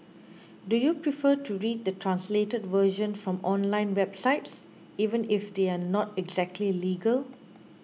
do you prefer to read the translated version from online websites even if they are not exactly legal